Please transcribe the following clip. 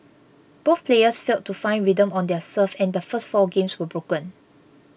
both players failed to find rhythm on their serve and the first four games were broken